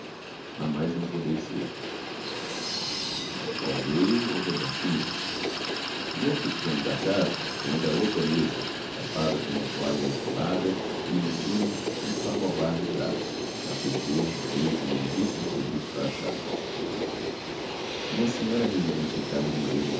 a mais não poder ser ao meio outra banquinha no outro extremo da casa ainda outra mesa tapada com uma toalha immaculada e em cima um samovar de prata a ferver no meio de um lindissimo serviço para chá uma senhora residente em casa de maria